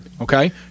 Okay